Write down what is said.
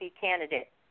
candidate